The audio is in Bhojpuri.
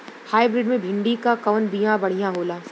हाइब्रिड मे भिंडी क कवन बिया बढ़ियां होला?